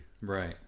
right